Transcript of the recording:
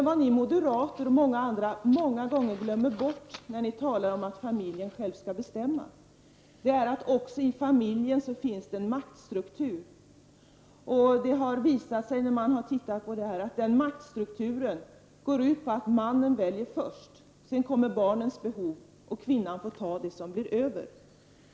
Vad ni moderater och andra många gånger glömmer bort när ni talar om att familjen själv skall bestämma är att det också i familjen finns en maktstruktur. Det har visat sig att den maktstrukturen går ut på att mannen väljer först. Sedan kommer barnens behov, och kvinnan får ta det som blir över.